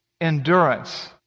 endurance